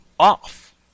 off